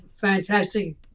fantastic